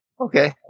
Okay